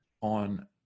on